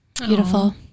Beautiful